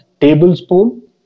tablespoon